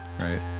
Right